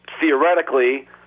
theoretically